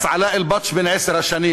אנס עלאא אלבטש בן עשר השנים